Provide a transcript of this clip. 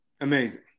Amazing